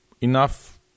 enough